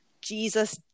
Jesus